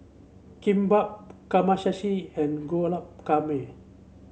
Kimbap Kamameshi and Guacamole